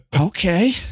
Okay